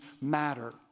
matter